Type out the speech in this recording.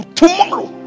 tomorrow